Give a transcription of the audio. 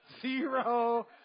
Zero